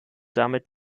damit